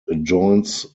adjoins